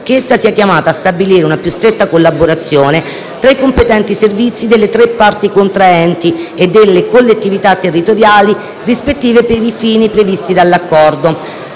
che essa sia chiamata a stabilire una più stretta collaborazione tra i competenti servizi delle tre parti contraenti e delle collettività territoriali rispettive per i fini previsti dall'accordo.